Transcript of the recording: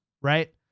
right